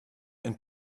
and